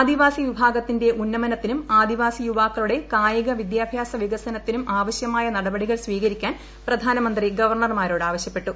ആദിവാസി വിഭാഗത്തിന്റെ ഉന്നമനത്തിനും ആദിവാസി യുവാക്കളുടെ കായിക വിദ്യാഭ്യാസ വികസനത്തിനും ആവശ്യമായ നടപടികൾ സ്വീകരിക്കാൻ പ്രധാനമന്ത്രി ഗവർണർമാരോട് ആവശ്യപ്പെട്ടു